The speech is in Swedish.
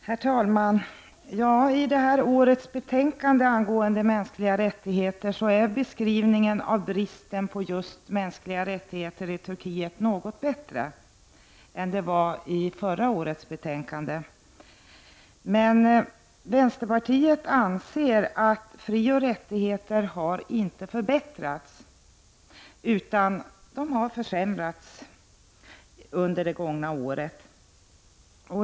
Herr talman! I årets betänkande om mänskliga rättigheter är beskrivningen av bristen på sådana rättigheter i Turkiet något bättre än den var i förra årets betänkande. Vänsterpartiet anser dock att vissa politiska frioch rättigheter inte har blivit större. Tvärtom har det blivit försämringar på det området under det gångna året.